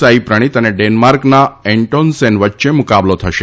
સાંઈપ્રણિત અને ડેનમાર્કના એન્ટોન્સેન વચ્ચે મુકાબલો થશે